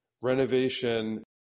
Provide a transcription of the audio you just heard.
renovation